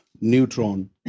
neutron